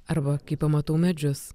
arba kai pamatau medžius